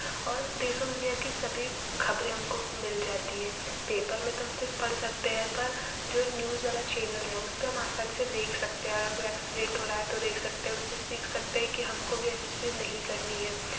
और देश और दुनिया के सभी खबरें हमको मिल जाती है पेपर में तो हम सिर्फ पढ़ सकते हैं पर जो न्यूज़ वाला चैनल है उसपे हम आसानी से देख सकते हैं अगर कोई एक्सीडेंट हो रहा है तो देख सकते हैं उससे सीख सकते हैं कि हम आपको भी ऐसी चीज़ें नहीं करनी है